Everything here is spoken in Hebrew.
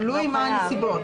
תלוי מה הנסיבות.